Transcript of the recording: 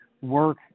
work